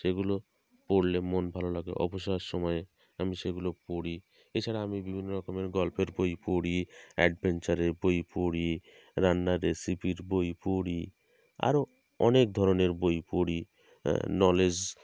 সেইগুলো পড়লে মন ভালো লাগে অবসর সময়ে আমি সেইগুলো পড়ি এছাড়া আমি বিভিন্ন রকমের গল্পের বই পড়ি অ্যাডভেঞ্চারের বই পড়ি রান্নার রেসিপির বই পড়ি আরও অনেক ধরনের বই পড়ি নলেজ